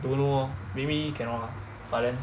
don't know orh maybe cannot ah but then